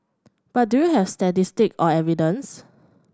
but do you have statistics or evidence